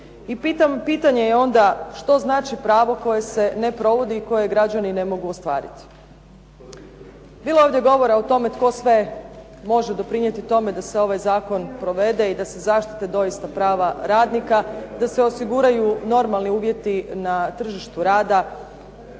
I pitanje je onda što znači pravo koje se ne provodi i koje građani ne mogu ostvariti? Bilo je ovdje govora tko sve može doprinijeti tome da se ovaj zakon provede i da se zaštite doista prava radnika, da se osiguraju normalni uvjeti na tržištu rada.